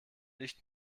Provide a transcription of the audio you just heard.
nicht